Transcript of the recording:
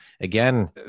again